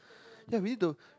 yea we need to